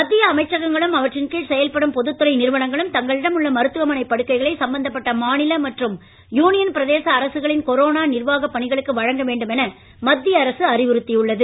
மத்திய அமைச்சகங்களும் அவற்றின் கீழ் செயல்படும் பொதுத்துறை நிறுவனங்களும் தங்களிடம் உள்ள மருத்துவமனை படுக்கைகளை சம்பந்தப்பட்ட மாநில மற்றும் யூனியன் பிரதேச அரசுகளின் கொரோனா நிர்வாக பணிகளுக்கு வழங்க வேண்டும் என மத்திய அரசு அறிவுறுத்தி உள்ளது